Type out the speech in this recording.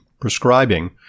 prescribing